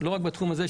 לא רק בתחום הזה,